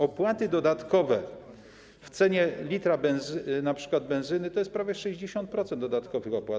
Opłaty dodatkowe w cenie litra np. benzyny to jest prawie 60% dodatkowych opłat.